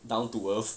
down to earth